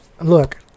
look